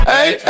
Hey